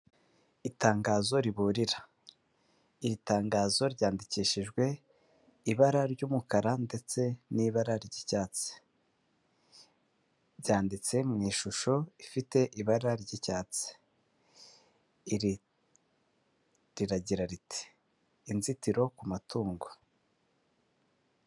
Itangazo riburira, iri tangazo ryandikishijwe ibara ry'umukara ndetse n'ibara ry'icyatsi, ryanditse mu ishusho ifite ibara ry'icyatsi, riragira riti inzitiro ku matungo.